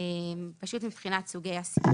פשוט מבחינת סוגי הסיוע.